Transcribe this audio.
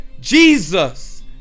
Jesus